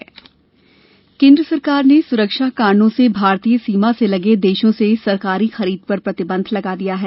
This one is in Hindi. खरीद प्रतिबंध केन्द्र सरकार ने सुरक्षा कारणों से भारतीय सीमा से लगे देशों से सरकारी खरीद पर प्रतिबंध लगा दिया है